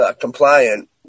compliant